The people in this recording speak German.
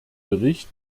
bericht